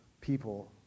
people